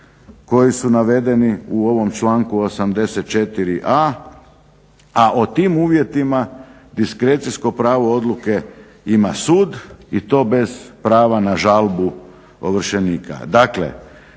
koji su navedeni u ovom članku 84a. a o tim uvjetima diskrecijsko pravo odluke ima sud i to bez prava na žalbu ovršenika.